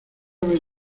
vez